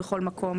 בכל מקום,